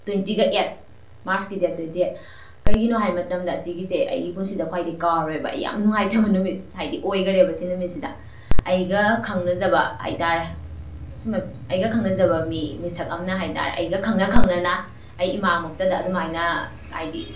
ꯇ꯭ꯋꯦꯟꯇꯤꯒ eight ꯃꯥꯔꯁꯀꯤ date twenty eight ꯀꯩꯒꯤꯅꯣ ꯍꯥꯏꯕ ꯃꯇꯝꯗ ꯑꯁꯤꯒꯤꯁꯦ ꯑꯩꯒꯤ ꯄꯨꯟꯁꯤꯁꯤꯗ ꯈ꯭ꯋꯥꯏꯗꯩ ꯀꯥꯎꯔꯔꯣꯏꯕ ꯑꯩ ꯌꯥꯝ ꯅꯨꯡꯉꯥꯏꯇꯕ ꯅꯨꯃꯤꯠ ꯍꯥꯏꯗꯤ ꯑꯣꯏꯈꯔꯦꯕ ꯁꯤ ꯅꯨꯃꯤꯠꯁꯤꯗ ꯑꯩꯒ ꯈꯪꯅꯖꯕ ꯍꯥꯏ ꯇꯥꯔꯦ ꯁꯨꯝꯕ ꯑꯩꯒ ꯈꯪꯅꯖꯕ ꯃꯤ ꯃꯤꯁꯛ ꯑꯝꯅ ꯍꯥꯏ ꯇꯥꯔꯦ ꯑꯩꯒ ꯈꯪꯅ ꯈꯪꯅꯅ ꯑꯩ ꯏꯃꯥꯡꯃꯛꯇꯗ ꯑꯗꯨꯃꯥꯏꯅ ꯍꯥꯏꯗꯤ